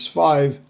five